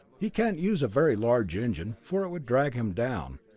he can't use a very large engine, for it would drag him down,